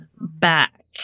back